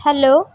hello